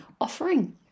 offering